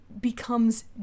becomes